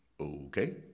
Okay